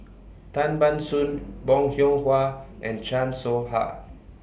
Tan Ban Soon Bong Hiong Hwa and Chan Soh Ha